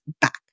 back